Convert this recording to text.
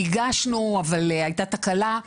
הגשנו אבל הייתה תקלה.